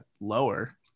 lower